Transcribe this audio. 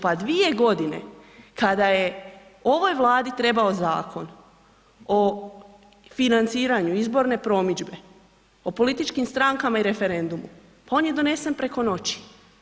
Pa dvije godine kada je ovoj Vladi trebao Zakon o financiranju izborne promidžbe, o političkim strankama i referendumu, pa on je donesen preko noći.